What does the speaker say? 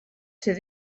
ser